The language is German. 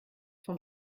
von